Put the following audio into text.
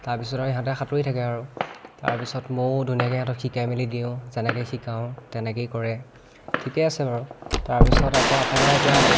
তাৰপাছত আৰু ইহঁতে সাঁতুৰি থাকে আৰু তাৰপাছত ময়ো ধুনীয়াকৈ সিহঁতক শিকাই মেলি দিওঁ যেনেকৈ শিকাওঁ তেনেকৈয়ে কৰে ঠিকেই আছে বাৰু তাৰপাছত আকৌ আপোনাৰ এতিয়া